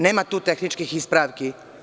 Nema tu tehničkih ispravki.